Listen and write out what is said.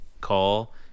call